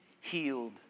healed